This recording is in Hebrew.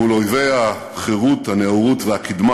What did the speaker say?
מול אויבי החירות, הנאורות והקדמה,